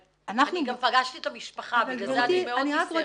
אני גם פגשתי את המשפחה, בגלל זה אני מאוד נסערת.